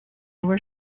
were